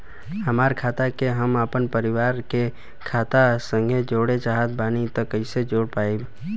हमार खाता के हम अपना परिवार के खाता संगे जोड़े चाहत बानी त कईसे जोड़ पाएम?